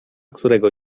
którego